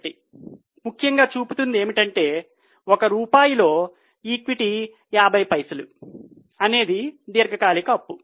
51 ముఖ్యంగా చూపుతోంది ఏమిటంటే ఒక రూపాయి లో ఈక్విటీ 50 పైసలు అనేది దీర్ఘకాలిక అప్పు